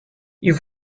you